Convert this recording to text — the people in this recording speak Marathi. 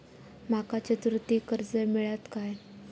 माका चतुर्थीक कर्ज मेळात काय?